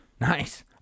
Nice